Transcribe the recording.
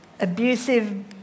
abusive